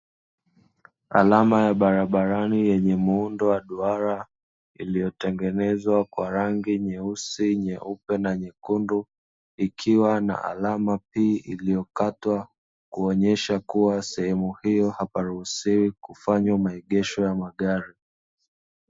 Alama ya barabarani yenye muundo wa duara iliyo tengenezwa kwa rangi nyeusi, nyeupe na nyekundu ikiwa na alama "P" iliyokatwa, kuonyesha kuwa sehemu hiyo haparuhusiwi kufanywa maegesho wa magari.